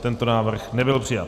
Tento návrh nebyl přijat.